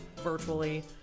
virtually